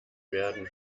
werden